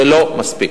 זה לא מספיק.